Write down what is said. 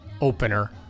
opener